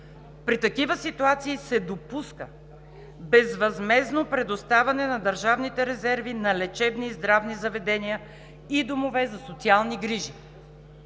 „При такива ситуации се допуска безвъзмездно предоставяне на държавните резерви на лечебни и здравни заведения и домове за социални грижи“.